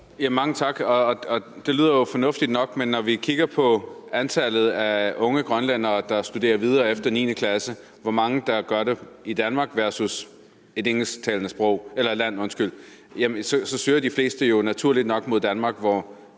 Mange tak. Det lyder jo fornuftigt nok, men når vi kigger på antallet af unge grønlændere, der studerer videre efter 9. klasse, altså hvor mange der gør det i Danmark versus et engelsktalende land, så ser vi, at de fleste naturligt nok søger mod Danmark, som